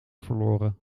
verloren